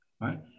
right